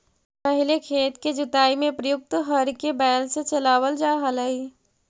पहिले खेत के जुताई में प्रयुक्त हर के बैल से चलावल जा हलइ